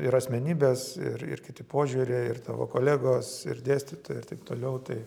yra asmenybės ir ir kiti požiūriai ir tavo kolegos ir dėstytojai ir taip toliau tai